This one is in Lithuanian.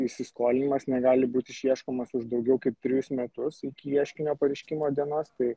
įsiskolinimas negali būt išieškomas už daugiau kaip trejus metus iki ieškinio pareiškimo dienos tai